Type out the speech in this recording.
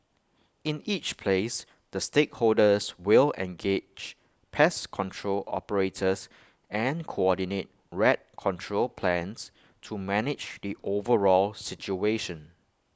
in each place the stakeholders will engage pest control operators and coordinate rat control plans to manage IT overall situation